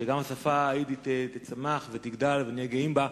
גם השפה היידית תצמח ותגדל ונהיה גאים בה.